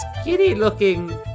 skinny-looking